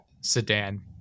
sedan